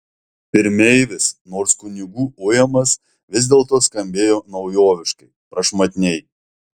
pirmeivis nors kunigų ujamas vis dėlto skambėjo naujoviškai prašmatniai